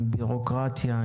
עם בירוקרטיה,